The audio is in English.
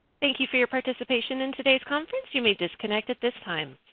thank you for your participation in today's conference. you may disconnect at this time.